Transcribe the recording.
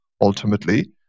ultimately